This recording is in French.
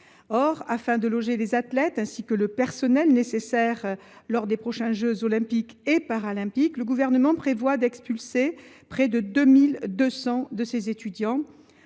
Or, afin de loger les athlètes, ainsi que le personnel nécessaire lors des prochains jeux Olympiques et Paralympiques, le Gouvernement prévoit d’expulser près de 2 200 de ces étudiants.